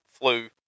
flu